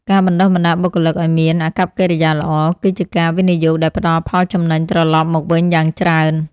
ការបណ្ដុះបណ្ដាលបុគ្គលិកឱ្យមានអាកប្បកិរិយាល្អ គឺជាការវិនិយោគដែលផ្ដល់ផលចំណេញត្រឡប់មកវិញយ៉ាងច្រើន។